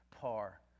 par